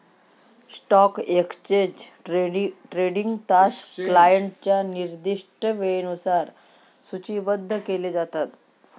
stock exchange trading तास क्लायंटच्या निर्दिष्ट वेळेनुसार सूचीबद्ध केले जातात